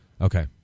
Okay